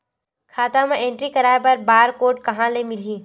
खाता म एंट्री कराय बर बार कोड कहां ले मिलही?